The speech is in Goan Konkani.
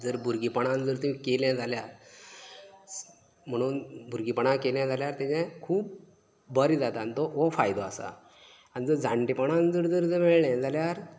जर भुरगेंपणान जर तुवें केलें जाल्यार म्हणून भुरगेंपणा केलें जाल्यार तेजे खूब बरें जाता आनी तो हो फायदो आसा आनी जर जाणटेपणान जर जर मेळ्ळें जाल्यार